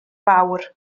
fawr